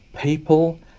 people